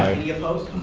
any opposed?